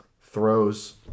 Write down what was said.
throws